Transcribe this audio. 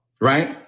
right